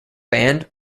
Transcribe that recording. band